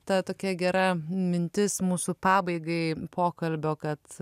ta tokia gera mintis mūsų pabaigai pokalbio kad